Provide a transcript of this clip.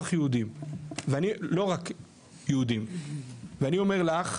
יהודים ולא רק יהודים ואני אומר לך,